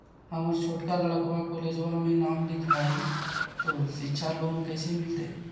हमर छोटका लड़कवा कोलेजवा मे नाम लिखाई, तो सिच्छा लोन कैसे मिलते?